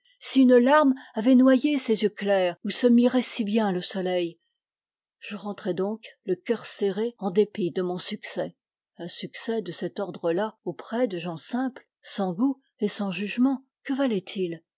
si une larme avait noyé ces yeux clairs où se mirait si bien le soleil je rentrai donc le cœur serré en dépit de mon succès un succès de cet ordre là auprès de gens simples sans goût et sans jugement que valait-il